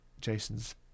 Jason's